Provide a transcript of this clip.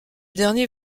dernier